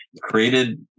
created